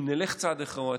ואם נלך צעד אחורה,